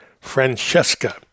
Francesca